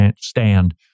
stand